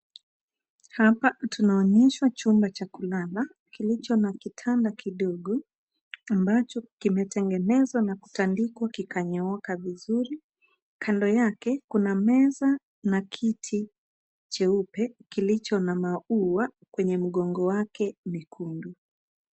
Hapa tunaonyeshwa chumba cha kulala kilicho na kitanda kidogo ambacho kimetengenezwa na kutandikwa kikanyooka vizuri. Kando yake kuna meza na kiti cheupe kilicho na maua kwenye mgongo wake mwekundu.